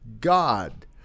God